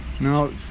No